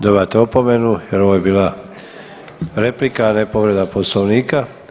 Dobivate opomenu jer ovo je bila replika, a ne povreda Poslovnika.